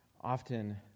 often